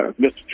Mr